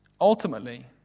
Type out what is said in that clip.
Ultimately